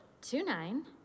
Two-nine